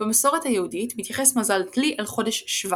במסורת היהודית מתייחס מזל דלי אל חודש שבט.